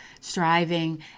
striving